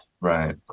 right